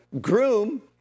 groom